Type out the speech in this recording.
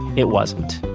it wasn't.